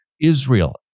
Israel